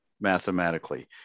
mathematically